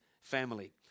family